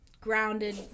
grounded